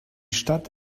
stadt